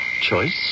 Choice